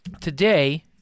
today